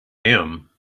him